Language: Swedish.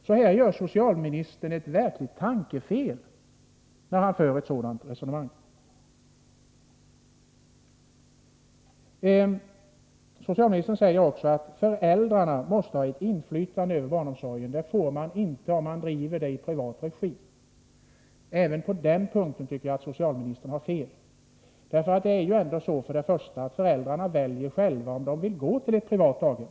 Här gör alltså socialministern ett verkligt tankefel, när han för ett sådant resonemang. Socialministern säger också att föräldrarna måste ha ett inflytande över barnomsorgen, och det får man inte om den drivs i privat regi. Även på den punkten tycker jag att socialministern har fel. Först och främst väljer ju föräldrarna själva om de vill vända sig till ett privat daghem.